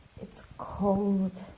it's cold